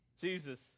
Jesus